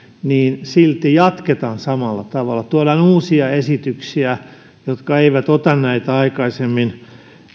niin silti jatketaan samalla tavalla tuodaan uusia esityksiä jotka eivät ota näitä aikaisemmin